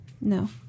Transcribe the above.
No